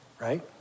Right